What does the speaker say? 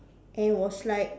and was like